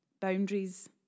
Boundaries